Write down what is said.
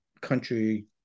country